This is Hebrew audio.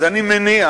אז אני מניח